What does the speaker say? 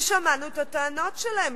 ושמענו את הטענות שלהם,